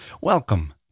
Welcome